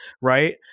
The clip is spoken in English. right